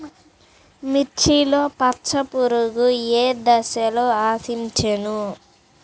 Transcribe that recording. మిర్చిలో పచ్చ పురుగు ఏ దశలో ఆశించును?